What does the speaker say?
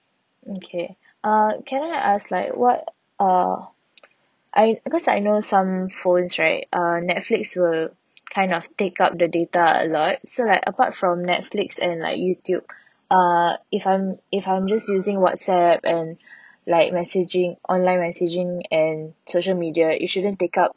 okay uh can I ask like what uh I because I know some phones right uh netflix will kind of take up the data a lot so like apart from netflix and like youtube uh if I'm if I'm just using whatsapp and like messaging online messaging and social media it shouldn't take up